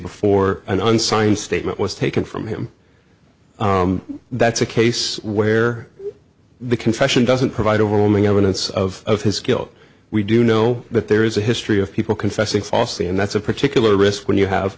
before an unsigned statement was taken from him that's a case where the confession doesn't provide overwhelming evidence of his guilt we do know that there is a history of people confessing falsely and that's a particular risk when you have